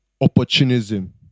opportunism